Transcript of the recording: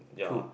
true